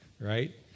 right